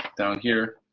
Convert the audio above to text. down here,